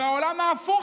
והעולם הפוך,